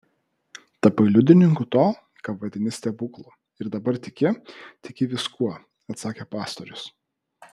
tapai liudininku to ką vadini stebuklu ir dabar tiki tiki viskuo atsakė pastorius